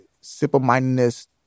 simple-mindedness